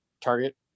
target